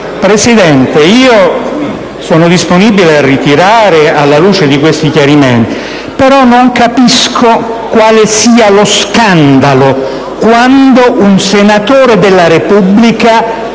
Presidente, sono disponibile a ritirare l'ordine del giorno, alla luce di questi chiarimenti, però non capisco dove sia lo scandalo quando un senatore della Repubblica